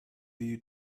you